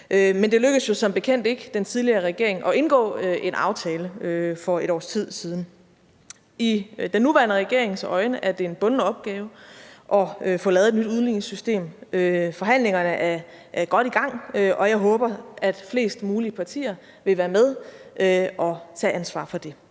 Men det lykkedes jo som bekendt ikke den tidligere regering at indgå en aftale for et års tid siden. I den nuværende regerings øjne er det en bunden opgave at få lavet et nyt udligningssystem. Forhandlingerne er godt i gang, og jeg håber, at flest mulige partier vil være med og tage ansvar for det.